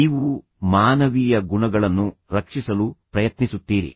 ನೀವು ಮಾನವೀಯ ಗುಣಗಳನ್ನು ರಕ್ಷಿಸಲು ಪ್ರಯತ್ನಿಸುತ್ತೀರಿ